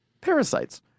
parasites